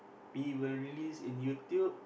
we will release in YouTube